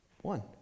One